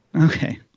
Okay